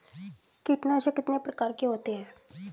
कीटनाशक कितने प्रकार के होते हैं?